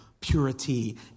purity